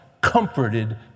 comforted